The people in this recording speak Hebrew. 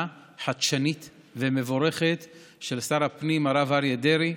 חדשנית ומבורכת של שר הפנים הרב אריה דרעי,